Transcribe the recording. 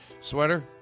sweater